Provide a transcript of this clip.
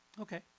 Okay